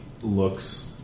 looks